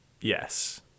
yes